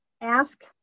Ask